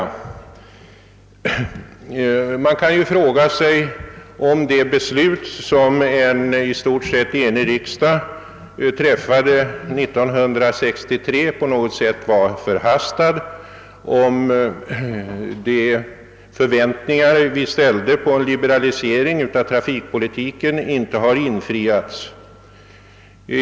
Man kan fråga om det beslut som en i stort sett enig riksdag fattade 1963 var förhastat och om de förväntningar vi då ställde på en liberalisering av trafikpolitiken inte har infriats.